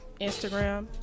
Instagram